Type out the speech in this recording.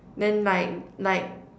then like like